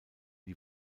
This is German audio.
die